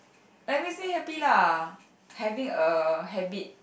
like it makes me happy lah having a habit